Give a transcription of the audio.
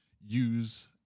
use